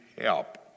help